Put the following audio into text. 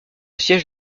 siège